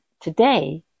today